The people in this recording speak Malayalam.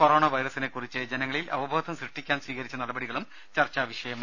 കൊറോണ വൈറസിനെക്കുറിച്ച് ജനങ്ങളിൽ അവബോധം സൃഷ്ടിക്കാൻ സ്വീകരിച്ച നടപടികളും ചർച്ചാ വിഷയമായി